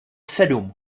sedm